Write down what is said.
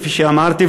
כפי שאמרתי,